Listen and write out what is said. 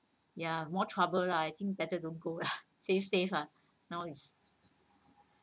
more trouble lah I think better don't go lah save save ah now is